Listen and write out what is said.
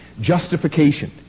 Justification